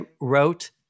wrote